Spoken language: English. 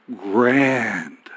grand